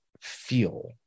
feel